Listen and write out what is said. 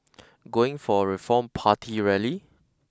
going for a Reform Party rally